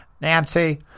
Nancy